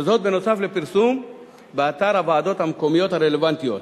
וזאת בנוסף לפרסום באתר הוועדות המקומיות הרלוונטיות.